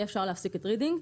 יהיה אפשר להפסיק את רידינג.